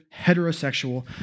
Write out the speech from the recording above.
heterosexual